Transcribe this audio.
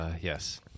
yes